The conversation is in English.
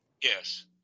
Yes